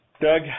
Doug